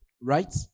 right